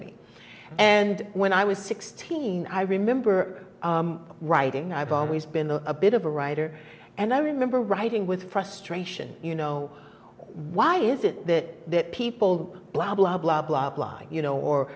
me and when i was sixteen i remember writing i've always been the a bit of a writer and i remember writing with frustration you know why is it that people do blah blah blah blah blah you know or